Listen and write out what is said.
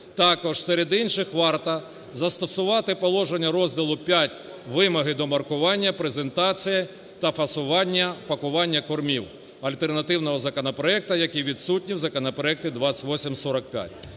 Також серед інших варто застосувати положення розділу V "Вимоги до маркування, презентації та фасування, пакування кормів" альтернативного законопроекту, який відсутній в законопроекті 2845.